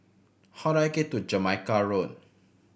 how do I get to Jamaica Road